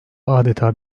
adeta